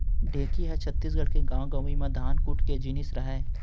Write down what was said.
ढेंकी ह छत्तीसगढ़ के गॉंव गँवई म धान कूट के जिनिस रहय